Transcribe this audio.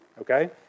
Okay